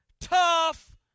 tough